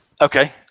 Okay